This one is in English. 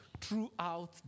throughout